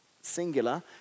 singular